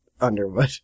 underwood